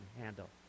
handle